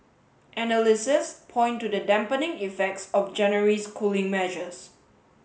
point to the dampening effects of January's cooling measures